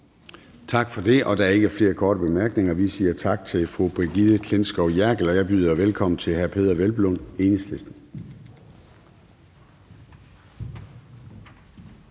Tak for det. Der er ikke flere korte bemærkninger, så vi siger tak til fru Brigitte Klintskov Jerkel. Jeg byder velkommen til hr. Peder Hvelplund, Enhedslisten.